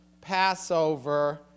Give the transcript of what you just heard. Passover